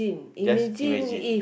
just imagine